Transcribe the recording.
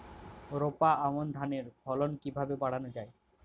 রোপা আমন ধানের ফলন কিভাবে বাড়ানো যায়?